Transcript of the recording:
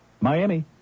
Miami